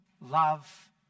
love